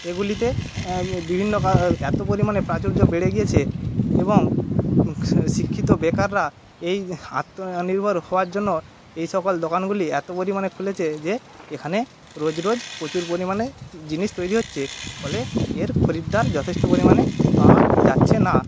এগুলিতে বিভিন্ন এতো পরিমাণে প্রাচুর্য বেড়ে গিয়েছে এবং শিক্ষিত বেকাররা এই আত্মনির্ভর হওয়ার জন্য এই সকল দোকানগুলি এতো পরিমাণে খুলেছে যে এখানে রোজ রোজ প্রচুর পরিমাণে জিনিস তৈরি হচ্ছে ফলে এর খরিদ্দার যথেষ্ট পরিমাণে পাওয়া যাচ্ছে না